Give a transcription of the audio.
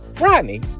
Rodney